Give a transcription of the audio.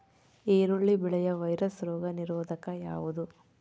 ಈರುಳ್ಳಿ ಬೆಳೆಯ ವೈರಸ್ ರೋಗ ನಿರೋಧಕ ಯಾವುದು?